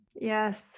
Yes